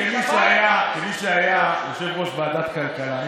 כמי שהיה יושב-ראש ועדת כלכלה,